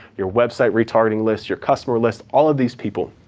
your website retargeting list, your customer list, all of these people.